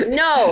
no